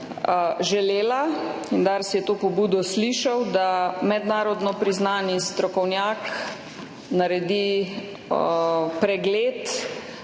želela in Dars je to pobudo slišal, da mednarodno priznani strokovnjak naredi pregled.